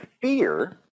fear